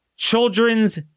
Children's